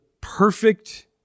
perfect